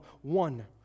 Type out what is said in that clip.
one